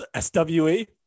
SWE